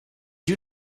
you